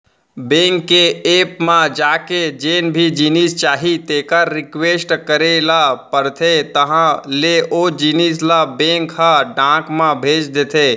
bank के app म जाके जेन भी जिनिस चाही तेकर रिक्वेस्ट करे ल परथे तहॉं ले ओ जिनिस ल बेंक ह डाक म भेज देथे